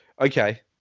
Okay